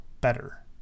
better